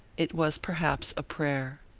it was perhaps a prayer.